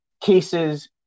cases